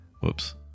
Whoops